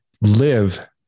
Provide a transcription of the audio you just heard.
live